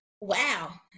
Wow